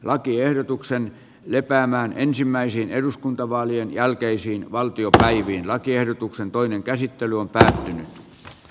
lakiehdotuksen lepäämään ensimmäisiin eduskuntavaalien jälkeisiin valtiopäiviinlakiehdotuksen toinen käsittely on päättynyt